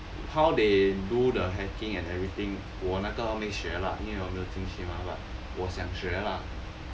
how they do the hacking and everything 我那个没学啦因为我没有进去嘛 but 我想学啦